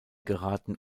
geraten